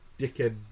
dickhead